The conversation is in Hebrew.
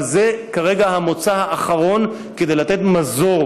אבל זה כרגע המוצא האחרון כדי לתת מזור